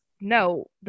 No